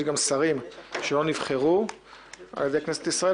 יש גם שרים שלא נבחרו שלא נבחרו על ידי כנסת ישראל,